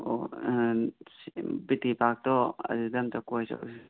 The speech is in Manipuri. ꯑꯣ ꯁꯤ ꯕꯤꯇꯤ ꯄꯥꯛꯇꯣ ꯑꯗꯨꯗ ꯑꯝꯇ ꯀꯣꯏ ꯆꯠꯂꯨꯁꯤ